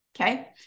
Okay